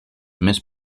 més